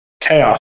Chaos